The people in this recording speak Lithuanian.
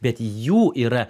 bet jų yra